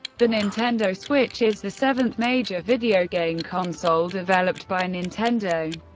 the nintendo switch is the seventh major video game console developed by nintendo.